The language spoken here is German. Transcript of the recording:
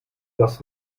das